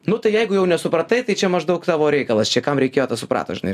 nu tai jeigu jau nesupratai tai čia maždaug tavo reikalas čia kam reikėjo tas suprato žinai